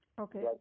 Okay